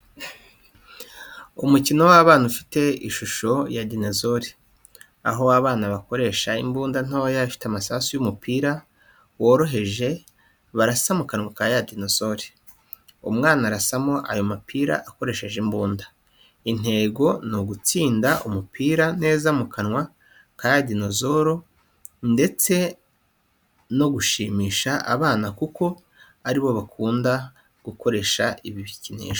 Umukino w’abana ufiite ishusho ya dinosore, aho abana bakoresha imbunda ntoya ifite amasasu y’umupira, woroheje barasa mu kanwa ka ya dinosore. Umwana arasamo ayo mapira akoresheje imbunda. Intego n'ugutsinda umupira neza mukanwa ka dinosoro ndetse no gushimisha abana kuko aribo bakunda gukoresha ibi bikinisho.